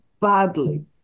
badly